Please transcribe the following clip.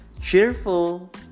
cheerful